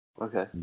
Okay